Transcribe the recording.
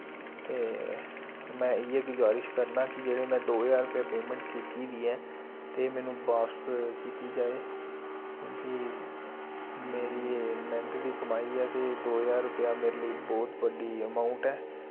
ते में इयै गुजारिश करना कि जेह्ड़े में दो ज्हार रपे पेमैंट कीती दी ऐ ते मेनू बाप्स कीती जाए क्यूंकि मेरी एह् मैह्नत दी कमाई ऐ ते दो ज्हार रपेया मेरे लेई बहुत बड्डी अमाउंट ऐ